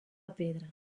pedra